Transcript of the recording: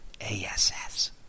ass